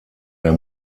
der